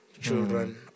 children